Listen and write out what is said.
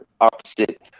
opposite